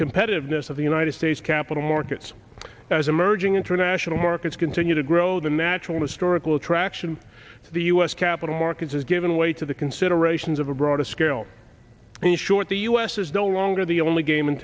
competitiveness of the united states capital markets as emerging international markets continue to grow the natural historical attraction to the u s capital markets has given way to the considerations of a broader scale in short the us is no longer the only game in